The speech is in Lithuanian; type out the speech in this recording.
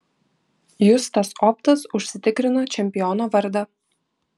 justas optas užsitikrino čempiono vardą